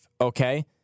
okay